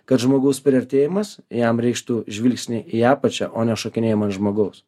kad žmogaus priartėjimas jam reikštų žvilgsnį į apačią o ne šokinėjamą ant žmogaus